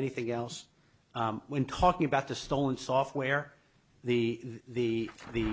anything else when talking about the stolen software the the the